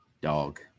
Dog